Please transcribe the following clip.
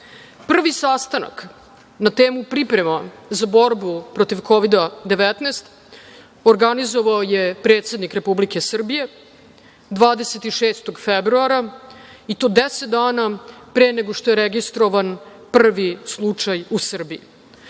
mart. Prvi sastanak na temu pripreme za borbu protiv Kovida - 19 organizovao je predsednik Republike Srbije 26. februara i to deset dana pre nego što je registrovan prvi slučaj u Srbiji